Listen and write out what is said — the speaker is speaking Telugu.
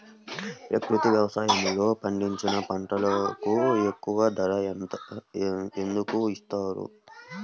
ప్రకృతి వ్యవసాయములో పండించిన పంటలకు ఎక్కువ ధర ఎందుకు వస్తుంది?